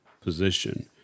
position